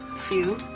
few.